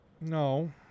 no